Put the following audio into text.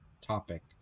topic